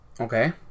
Okay